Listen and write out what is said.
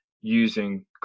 using